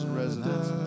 residents